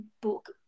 book